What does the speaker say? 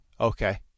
Okay